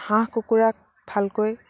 হাঁহ কুকুৰাক ভালকৈ